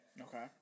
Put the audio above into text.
Okay